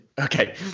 Okay